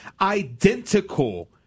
identical